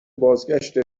بازگشت